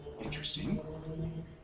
interesting